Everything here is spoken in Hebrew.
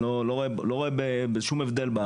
אני לא רואה בזה שום הבדל.